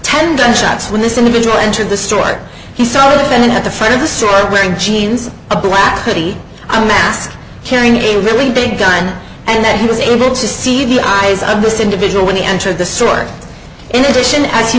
tendon shots when this individual entered the store or he saw them at the front of the story wearing jeans a black hoodie a mask carrying a really big gun and that he was able to see the eyes of this individual when he entered the store in addition